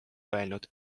öelnud